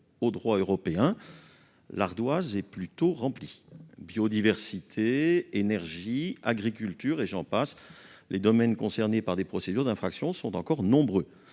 au droit européen. L'ardoise est donc loin d'être vierge ! Biodiversité, énergie, agriculture et j'en passe, les domaines concernés par des procédures d'infraction sont nombreux.